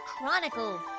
Chronicles